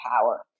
power